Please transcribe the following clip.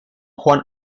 juan